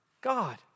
God